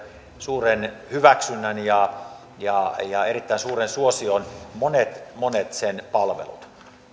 suuren hyväksynnän ja ja erittäin suuren suosion kuten monet monet sen palvelut